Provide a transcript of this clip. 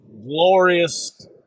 Glorious